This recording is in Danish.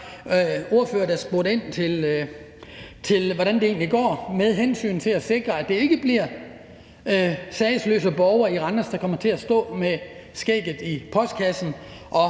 ordførere, der spurgte ind til, hvordan det egentlig går med hensyn til at sikre, at det ikke bliver sagesløse borgere i Randers, der kommer til at stå med skægget i postkassen og